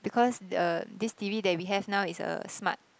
because the this T_V that we have now is a smart